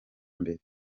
mbere